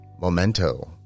Memento